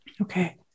Okay